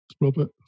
Robert